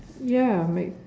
ya make